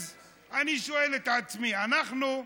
אז אני שואל את עצמי: אנחנו,